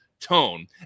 Tone